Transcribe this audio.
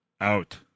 out